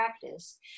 practice